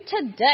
today